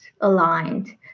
aligned